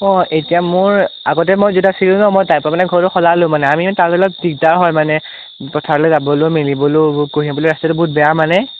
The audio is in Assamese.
অঁ এতিয়া মোৰ আগতে মই যেতিয়া আছিলোঁ ন মই তাৰপৰা মানে ঘৰটো সলালোঁ মানে আমি মানে তাত অলপ দিগদাৰ হয় মানে পথাৰলৈ যাবলৈয়ো মেলিবলৈয়ো কঢ়িয়াবলৈ ৰাস্তাটো বহুত বেয়া মানে